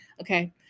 Okay